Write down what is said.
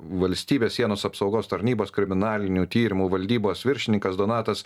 valstybės sienos apsaugos tarnybos kriminalinių tyrimų valdybos viršininkas donatas